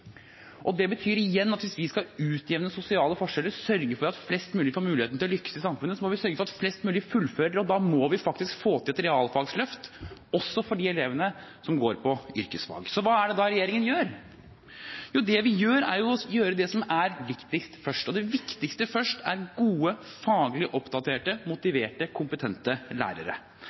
Det betyr igjen at hvis vi skal utjevne sosiale forskjeller, sørge for at flest mulig får muligheten til å lykkes i samfunnet, må vi sørge for at flest mulig fullfører, og da må vi faktisk få til et realfagsløft også for de elevene som går på yrkesfag. Hva er det da regjeringen gjør? Jo, det de gjør, er å gjøre det som er viktigst først. Det viktigste først er gode, faglig oppdaterte, motiverte, kompetente lærere.